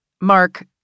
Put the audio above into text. Mark